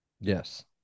Yes